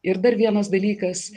ir dar vienas dalykas